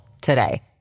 today